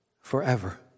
forever